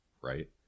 right